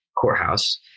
courthouse